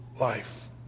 life